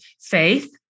faith